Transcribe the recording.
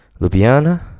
Ljubljana